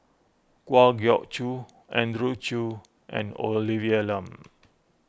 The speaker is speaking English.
Kwa Geok Choo Andrew Chew and Olivia Lum